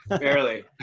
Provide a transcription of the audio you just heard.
Barely